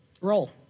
Roll